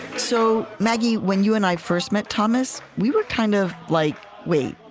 so, maggie, when you and i first met thomas, we were kind of like, wait,